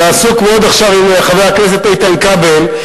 ועסוק מאוד עכשיו עם חבר הכנסת איתן כבל: